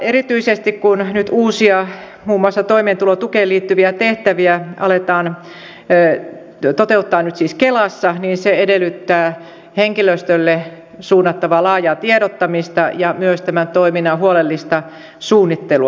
erityisesti se kun uusia muun muassa toimeentulotukeen liittyviä tehtäviä aletaan toteuttaa nyt siis kelassa edellyttää henkilöstölle suunnattavaa laajaa tiedottamista ja myös tämän toiminnan huolellista suunnittelua